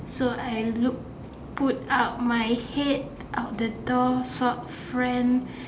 so I look put out my head out the door sought friends